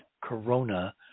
Corona